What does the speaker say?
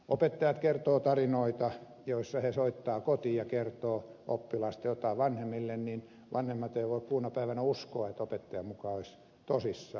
opettajat kertovat tarinoita joissa he soittavat kotiin ja kertovat oppilaasta jotain vanhemmille ja vanhemmat eivät voi kuuna päivänä uskoa että opettaja muka olisi tosissaan